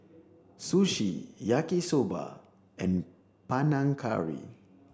sushi yaki soba and Panang Curry